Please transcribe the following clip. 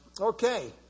Okay